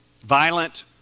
Violent